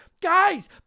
Guys